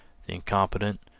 the incompetent,